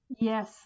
Yes